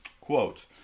Quote